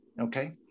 okay